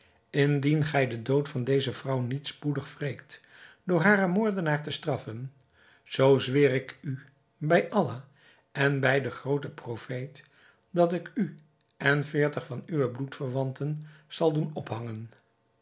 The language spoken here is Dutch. indien gij den dood van deze vrouw niet spoedig wreekt door haren moordenaar te straffen zoo zweer ik u bij allah en bij den grooten profeet dat ik u en veertig van uwe bloedverwanten zal doen ophangen